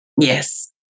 Yes